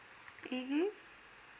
mmhmm